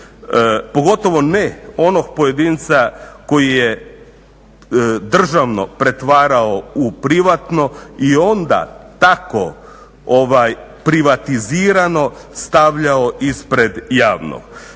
Pogotovo ne onog pojedinca koji je državno pretvarao u privatno i onda tako privatizirano stavljao ispred javnog.